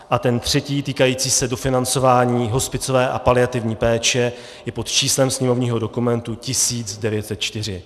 A ten třetí, týkající se dofinancování hospicové a paliativní péče, je pod číslem sněmovního dokumentu 1904.